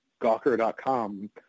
Gawker.com